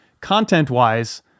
content-wise